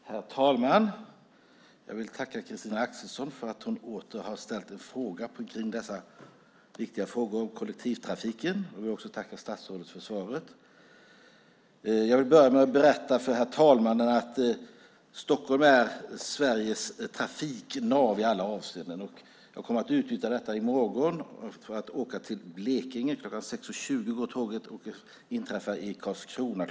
Herr talman! Jag vill tacka Christina Axelsson för att hon åter har ställt en fråga om dessa viktiga frågor om kollektivtrafiken. Jag vill också tacka statsrådet för svaret. Jag vill börja med att berätta för herr talmannen att Stockholm är Sveriges trafiknav i alla avseenden. Jag kommer att utnyttja detta i morgon för att åka till Blekinge - tåget avgår kl. 6.20 och inträffar i Karlskrona kl.